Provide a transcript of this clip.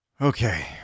Okay